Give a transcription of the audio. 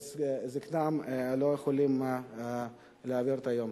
שבעת זיקנתם הם לא יכולים להעביר את היום.